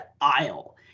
aisle